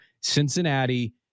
Cincinnati